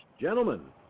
gentlemen